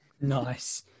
Nice